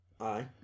Aye